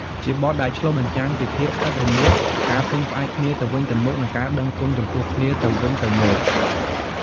ជាបទដែលឆ្លុះបញ្ចាំងពីភាពស្អិតរមួត ការពឹងផ្អែកគ្នាទៅវិញទៅមក និងការដឹងគុណចំពោះគ្នាទៅវិញទៅមក។